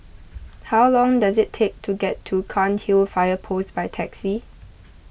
how long does it take to get to Cairnhill Fire Post by taxi